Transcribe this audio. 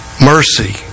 Mercy